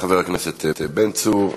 תודה, חבר הכנסת בן צור.